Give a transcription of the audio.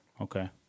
Okay